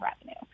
revenue